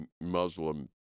Muslim